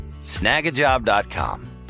Snagajob.com